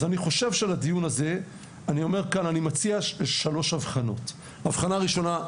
אז אני מציע שלוש הבחנות: ההבחנה הראשונה היא